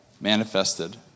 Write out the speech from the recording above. manifested